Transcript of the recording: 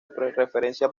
referencia